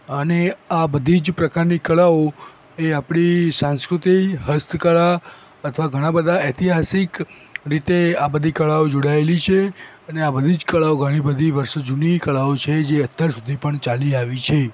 અને આ બધી જ પ્રકારની કળાઓ એ આપણી સાંસ્કૃતિક હસ્તકળા અથવા ઘણાં બધા ઐતિહાસિક રીતે આ બધી કળાઓ જોડાયેલી છે અને આ બધી જ કળાઓ ઘણી બધી વર્ષો જૂની કળાઓ છે જે અત્યાર સુધી પણ ચાલી આવી છે